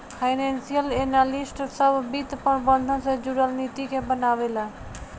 financial analyst सभ वित्त प्रबंधन से जुरल नीति के बनावे ला